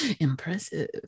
impressive